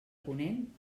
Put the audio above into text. ponent